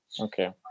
Okay